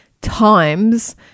times